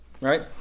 Right